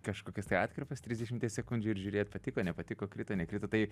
kažkokias tai atkarpas trisdešimties sekundžių ir žiūrėt patiko nepatiko krito nekrito tai